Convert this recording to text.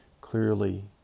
clearly